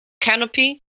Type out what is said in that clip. canopy